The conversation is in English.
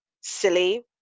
silly